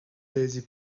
daisy